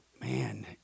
Man